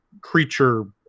creature